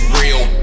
real